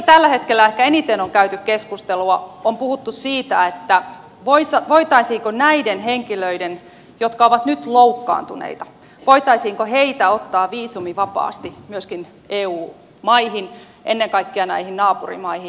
tällä hetkellä ehkä eniten on käyty keskustelua ja puhuttu siitä voitaisiinko näitä henkilöitä jotka ovat nyt loukkaantuneita ottaa viisumivapaasti myöskin eu maihin ennen kaikkea näihin naapurimaihin